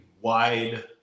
wide